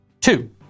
Two